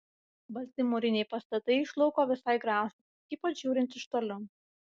balti mūriniai pastatai iš lauko visai gražūs ypač žiūrint iš toliau